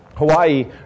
Hawaii